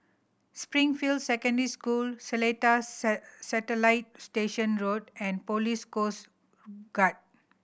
Springfield Secondary School Seletar Satellite Station Road and Police Coast Guard